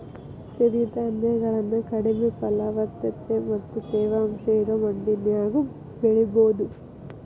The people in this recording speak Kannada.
ಸಿರಿಧಾನ್ಯಗಳನ್ನ ಕಡಿಮೆ ಫಲವತ್ತತೆ ಮತ್ತ ತೇವಾಂಶ ಇರೋ ಮಣ್ಣಿನ್ಯಾಗು ಬೆಳಿಬೊದು